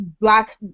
black